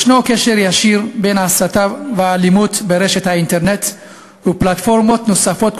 יש קשר ישיר בין ההסתה והאלימות ברשת האינטרנט ובפלטפורמות נוספות,